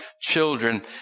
children